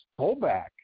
pullback